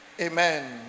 Amen